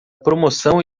promoção